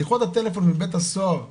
שיחות הטלפון מבית הסוהר לבית,